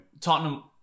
Tottenham